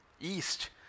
East